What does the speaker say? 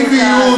אובססיביות,